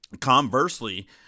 conversely